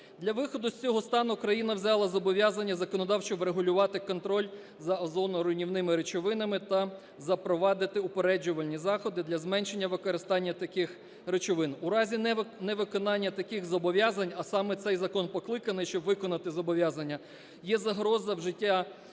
Для виходу з цього стану Україна взяла зобов'язання законодавчо врегулювати контроль за озоноруйнівними речовинами та запровадити упереджувальні заходи для зменшення використання таких речовин. У разі невиконання таких зобов'язань, а саме цей закон покликаний, щоб виконати зобов'язання, є загроза вжиття